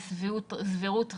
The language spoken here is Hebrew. זאת סבירות ריאלית?